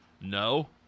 No